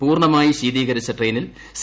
പൂർണ്ണമായി ശീതികരിച്ച ട്രെയിനിൽ സി